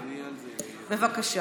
בבקשה.